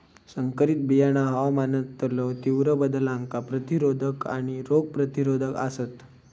संकरित बियाणा हवामानातलो तीव्र बदलांका प्रतिरोधक आणि रोग प्रतिरोधक आसात